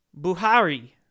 Buhari